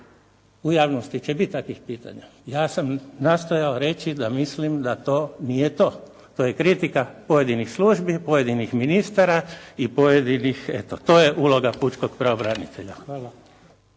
U javnosti će biti takvih pitanja. Ja sam nastojao reći da mislim da to nije to. To je kritika pojedinih službi, pojedinih ministara i pojedinih, eto, to je uloga pučkog pravobranitelja. Hvala.